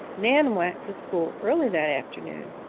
nan went to school early that afternoon,